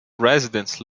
residents